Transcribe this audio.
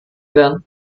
werden